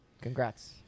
congrats